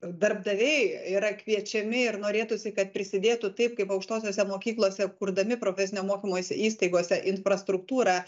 darbdaviai yra kviečiami ir norėtųsi kad prisidėtų taip kaip aukštosiose mokyklose kurdami profesinio mokymosi įstaigose infrastruktūrą